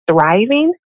thriving